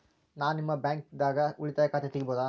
ನಾ ನಿಮ್ಮ ಬ್ಯಾಂಕ್ ದಾಗ ಉಳಿತಾಯ ಖಾತೆ ತೆಗಿಬಹುದ?